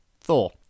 Thor